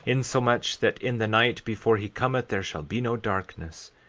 insomuch that in the night before he cometh there shall be no darkness,